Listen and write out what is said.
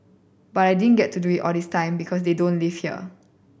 but I didn't get to do it this time because they don't live here